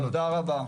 תודה רבה.